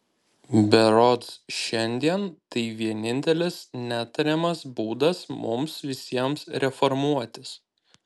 berods šiandien tai vienintelis netariamas būdas mums visiems reformuotis